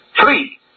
Three